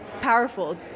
powerful